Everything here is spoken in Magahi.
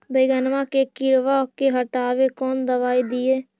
बैगनमा के किड़बा के हटाबे कौन दवाई दीए?